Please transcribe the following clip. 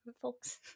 Folks